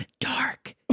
dark